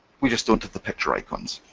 we just don't have the picture icons.